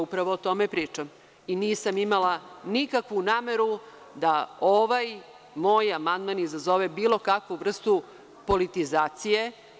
Upravo o tome pričam i nisam imala nikakvu nameru da ovaj moj amandman izazove bilo kakvu vrstu politizacije.